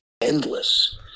endless